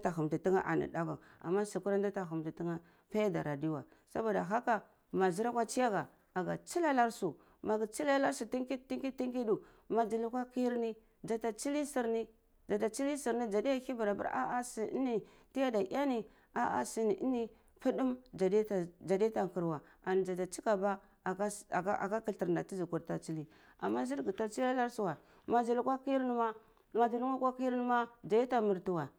daku ama sukura nda ta hamti tina payardar adiywe saboda haka na zur akwa tsiya geh aga tsulei anar su maga tsulei anar su tiki tikindu mazi lukwa kir ni dza ta tisili sur ni dza ta tsili sur ni dza diya ta hivir apir ah ah su ini tiyada e ni ah ah suni ini pudum zadiya ta kar weh anzata chigaba aka aka kathar nda ta zi kurta tsili ama zir gata tsulei nar su wai mazu lukwa kir ni ma ma zi lungwu akwa kir ni ma dzai ta murtimah.